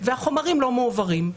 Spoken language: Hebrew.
והחומרים לא מועברים,